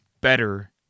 better